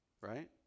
right